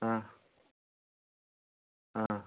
ആ ആ